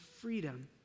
freedom